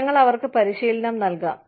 ഞങ്ങൾ അവർക്ക് പരിശീലനം നൽകാം